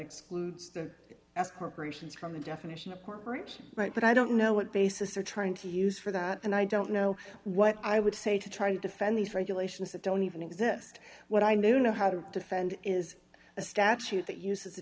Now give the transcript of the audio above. s corporations from the definition of corporation right but i don't know what basis or trying to use for that and i don't know what i would say to try to defend these regulations that don't even exist what i don't know how to defend is a statute that uses a